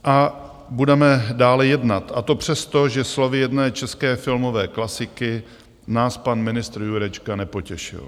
A budeme dále jednat, a to přesto, že slovy jedné české filmové klasiky nás pan ministr Jurečka nepotěšil.